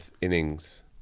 innings